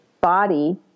body